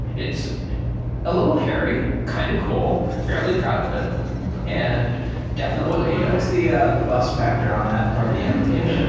it's a little hairy, kind of cool. fairly proud of it and definitely what's the yeah the buzz factor on that part of the application?